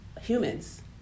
humans